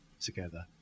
together